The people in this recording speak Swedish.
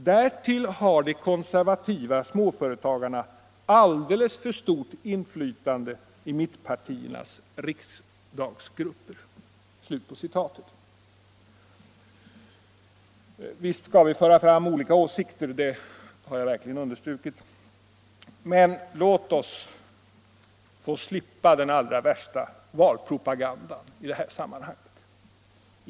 Därtill har de konservativa småföretagarna alldeles för stort inflytande i mittpartiernas riksdagsgrupper.” Visst skall vi föra fram våra olika åsikter — det har jag understrukit. Men låt oss slippa den allra värsta valpropagandan i detta sammanhang!